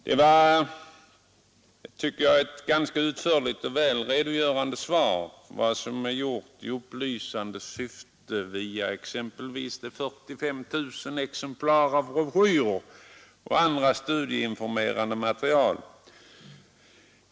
Det var ett ganska utförligt och väl redogörande svar om vad som är gjort i upplysande syfte via exempelvis de 45 000 exemplaren av en broschyr och andra studieinformerande material.